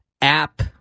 app